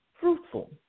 fruitful